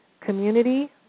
community